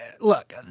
look